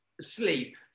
Sleep